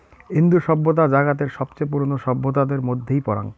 ইন্দু সভ্যতা জাগাতের সবচেয়ে পুরোনো সভ্যতাদের মধ্যেই পরাং